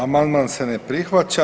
Amandman se ne prihvaća.